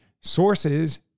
sources